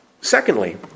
Secondly